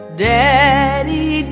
Daddy